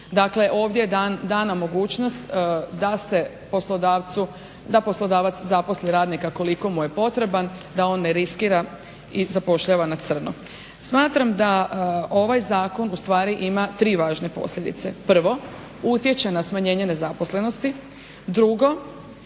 Dakle, ovdje je dana mogućnost da poslodavac zaposli radnika koliko mu je potreban, da on ne riskira i zapošljava na crno. Smatram da ovaj zakon ustvari ima tri važne posljedice. Prvo utječe na smanjenje nezaposlenosti, drugo